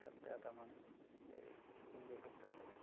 তাত এটামান এই হিন্দী শব্দ থাকে